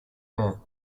her